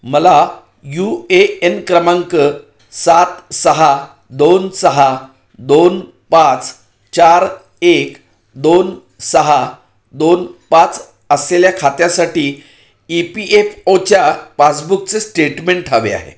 मला U A N क्रमांक सात सहा दोन सहा दोन पाच चार एक दोन सहा दोन पाच असलेल्या खात्यासाठी ई पी एफ ओच्या पासबुकचे स्टेटमेंट हवे आहे